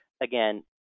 again